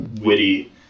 witty